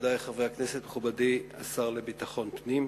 מכובדי חברי הכנסת, מכובדי השר לביטחון פנים,